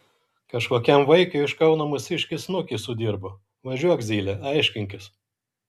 kažkokiam vaikiui iš kauno mūsiškis snukį sudirbo važiuok zyle aiškinkis